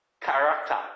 character